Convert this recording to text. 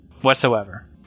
whatsoever